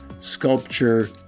sculpture